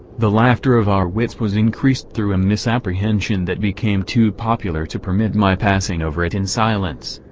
the laughter of our wits was increased through a misapprehension that became too popular to permit my passing over it in silence.